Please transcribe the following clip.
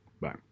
Bye